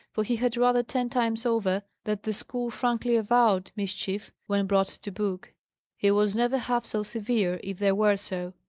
for he had rather, ten times over, that the school frankly avowed mischief, when brought to book he was never half so severe if they were so.